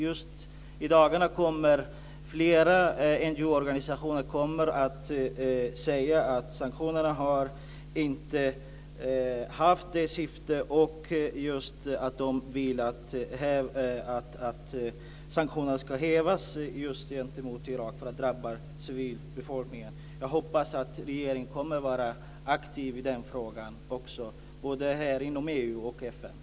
Just i dagarna kommer flera NGO:er att säga att sanktionerna inte har nått sitt syfte, och de vill att sanktionerna gentemot Irak ska hävas just för att de drabbar civilbefolkningen. Jag hoppas att regeringen kommer att vara aktiv i frågan, både inom EU och inom FN.